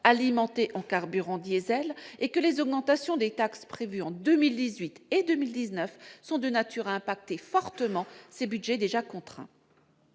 alimentés en carburant diesel et que les augmentations des taxes prévues en 2018 et 2019 sont de nature à impacter fortement ces budgets déjà contraints.